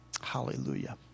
Hallelujah